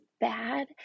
bad